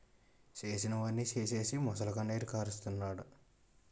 చేసినవన్నీ సేసీసి మొసలికన్నీరు కారస్తన్నాడు